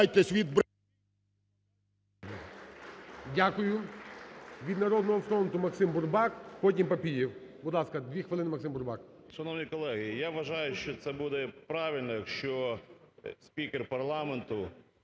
Дякую. Від "Народного фронту" Максим Бурбак. Потім Папієв. Будь ласка, дві хвилини Максим Бурбак. 13:04:21 БУРБАК М.Ю. Шановні колеги! Я вважаю, що це буде правильно, якщо спікер парламенту